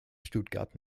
stuttgart